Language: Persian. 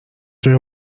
جای